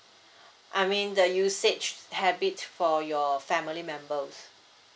I mean the usage habit for your family members